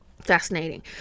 fascinating